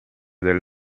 del